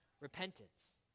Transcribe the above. repentance